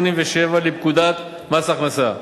187 לפקודת מס הכנסה.